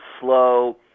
slow